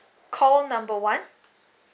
call number one